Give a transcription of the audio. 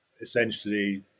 essentially